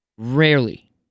Rarely